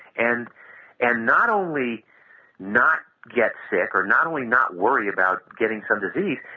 and and not only not get sick or not only not worry about getting some disease,